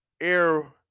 air